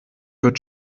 wird